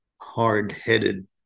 hard-headed